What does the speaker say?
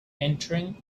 entering